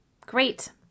great